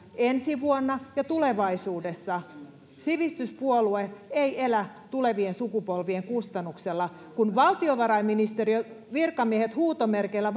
ensi vuonna ja tulevaisuudessa sivistyspuolue ei elä tulevien sukupolvien kustannuksella kun valtiovarainministeriön virkamiehet huutomerkeillä